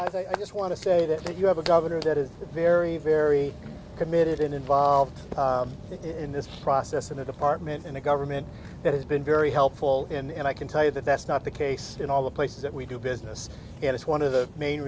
you i just want to say that you have a governor that is very very committed and involved in this process in the department and a government that has been very helpful and i can tell you that that's not the case in all the places that we do business and it's one of the main